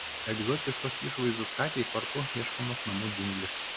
egzotiškos išvaizdos katei parku ieškomos namų džiunglės